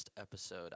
episode